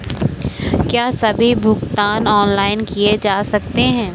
क्या सभी भुगतान ऑनलाइन किए जा सकते हैं?